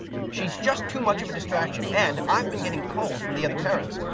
she's just too much of a distraction, and i've been getting calls from the other parents.